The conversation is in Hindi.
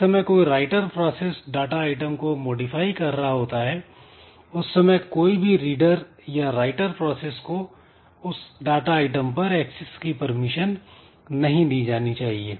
जिस समय कोई राइटर प्रोसेस डाटा आइटम को मॉडिफाई कर रहा होता है उस समय कोई भी रीडर या राइटर प्रोसेस को उस डाटा आइटम पर एक्सेस की परमिशन नहीं दी जानी चाहिए